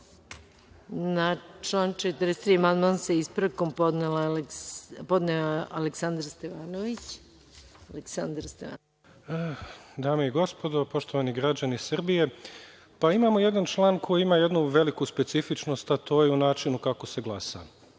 poslanik Aleksandar Stevanović. **Aleksandar Stevanović** Dame i gospodo, poštovani građani Srbije, imamo jedan član koji ima jednu veliku specifičnost, a to je u načinu kako se glasa.